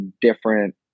different